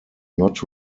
not